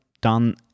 done